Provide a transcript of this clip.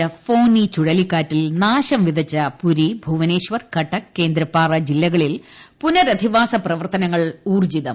പ്രിഫോനി ചുഴലിക്കാറ്റിൽ നാശം വിതച്ച പുരി ഭുവനേശ്വർ കീട്ട്ക്ക് കേന്ദ്രപ്പാറാ ജില്ലകളിൽ പുനരധിവാസ പ്രവർത്തനങ്ങൾ ഊർജ്ജിതം